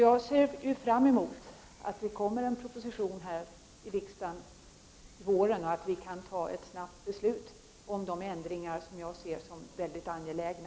Jag ser därför fram emot att det kommer en proposition under våren och att vi då kan fatta ett snabbt beslut om de ändringar som jag anser vara mycket angelägna.